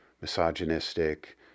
misogynistic